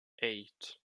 eight